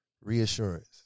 reassurance